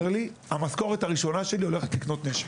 לי: המשכורת הראשונה שלי הולכת לקנות נשק.